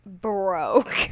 broke